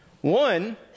One